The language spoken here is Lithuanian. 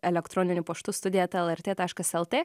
elektroniniu paštu studija eta lrt taškas lt